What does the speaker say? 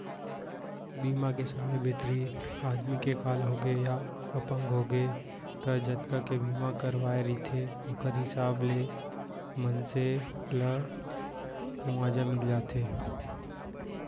बीमा के समे भितरी आदमी के काल होगे या अपंग होगे त जतका के बीमा करवाए रहिथे ओखर हिसाब ले मनसे ल मुवाजा मिल जाथे